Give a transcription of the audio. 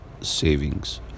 savings